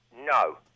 No